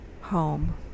home